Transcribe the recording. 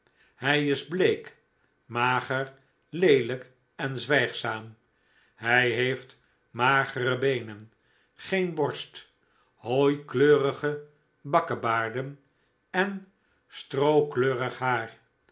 hij is bleek mager leelijk en zwijgzaam hij heeft magere beenen geen borst hooikleurige bakkebaarden en strookleurig haar